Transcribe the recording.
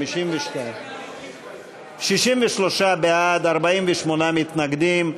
52. 63 בעד, 48 מתנגדים,